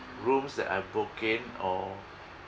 rooms that I book in or